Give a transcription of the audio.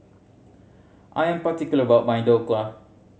I am particular about my Dhokla